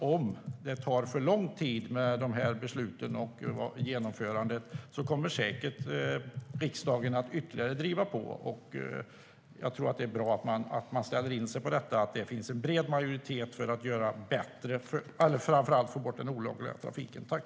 Om det tar för lång tid med besluten och genomförandet kommer säkert riksdagen att ytterligare driva på. Jag tror att det är bra att man ställer in sig på att det finns en bred majoritet för att framför allt få bort den olovliga trafiken.